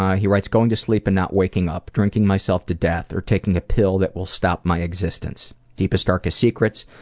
he writes, going to sleep and not waking up. drinking myself to death or taking a pill that will stop my existence. deepest, darkest secrets?